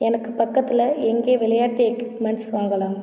எனக்கு பக்கத்தில் எங்கே விளையாட்டு எக்யூப்மெண்ட்ஸ் வாங்கலாம்